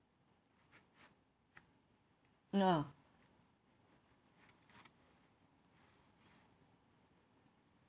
ah